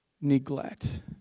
neglect